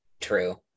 true